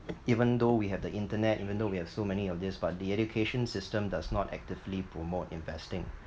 even though we have the internet even though we have so many of these but the education system does not actively promote investing